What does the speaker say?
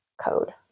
code